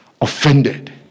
offended